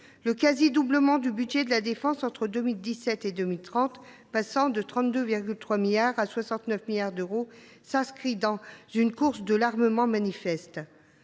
Le quasi doublement du budget de la défense entre 2017 et 2030, passant de 32,3 milliards à 69 milliards d’euros, s’inscrit dans une course aux armements manifeste.